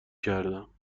کردم